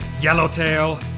Yellowtail